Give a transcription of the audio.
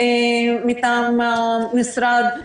מטעם המשרד.